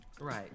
Right